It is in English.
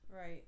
Right